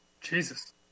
Jesus